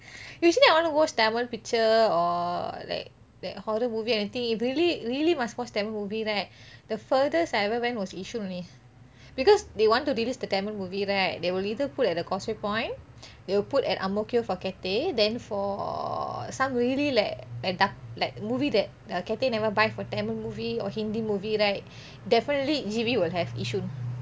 usually I wanna watch tamil picture or like like horror movie I think really really must watch tamil movie right the furthest I ever went was yishun only because they want to reduce the tamil movie right they will either put at the causeway point they will put at ang mo kio for cathay then for some really like da~ like movie that uh cathay never buy for tamil movie or hindi movie right definitely G_V will have yishun